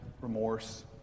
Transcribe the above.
remorse